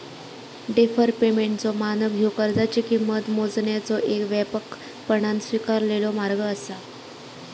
deferred पेमेंटचो मानक ह्यो कर्जाची किंमत मोजण्याचो येक व्यापकपणान स्वीकारलेलो मार्ग असा